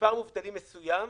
מספר מובטלים מסוים,